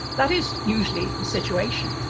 that is usually the situation.